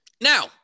now